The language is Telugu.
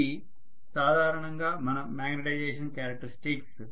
ఇవి సాధారణంగా మన మ్యాగ్నెటైజేషన్ క్యారెక్టర్స్టిక్స్